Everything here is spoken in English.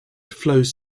flows